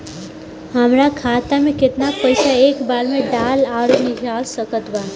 हमार खाता मे केतना पईसा एक बेर मे डाल आऊर निकाल सकत बानी?